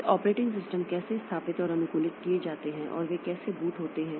फिर operating system कैसे स्थापित और अनुकूलित किए जाते हैं और वे कैसे बूट होते हैं